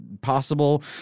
possible